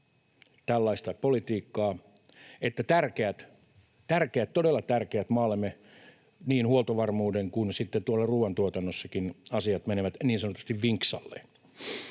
tällaista politiikkaa, että tärkeät, todella tärkeät asiat maallemme niin huoltovarmuuden kuin sitten ruuantuotannonkin kannalta menevät niin sanotusti vinksalleen.